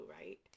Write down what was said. right